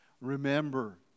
Remember